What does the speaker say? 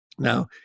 Now